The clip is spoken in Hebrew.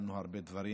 וקידמנו הרבה דברים.